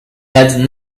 had